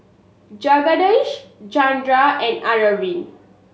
Jagadish Chanda and Arvind